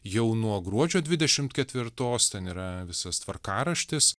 jau nuo gruodžio dvidešimt ketvirtos ten yra visas tvarkaraštis